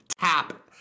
tap